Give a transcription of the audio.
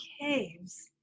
caves